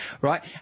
right